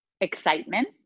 excitement